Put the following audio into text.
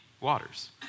waters